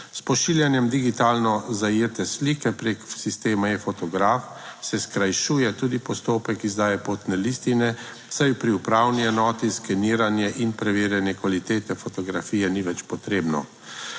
S pošiljanjem digitalno zajete slike preko sistema e-fotograf se skrajšuje tudi postopek izdaje potne listine, saj pri upravni enoti skeniranje in preverjanje kvalitete fotografije ni več potrebno.